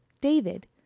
David